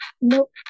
Nope